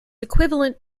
equivalent